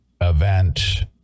event